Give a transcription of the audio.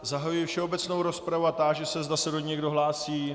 Zahajuji všeobecnou rozpravu a táži se, zda se do ní někdo hlásí.